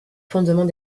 fondements